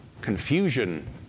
Confusion